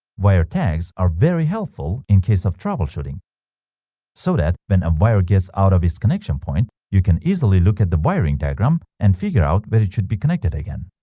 wire tags are very helpful in case of troubleshooting so that when a wire gets out of its connection point you can easily look at the wiring diagram and figure out where it should be connected again